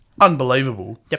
unbelievable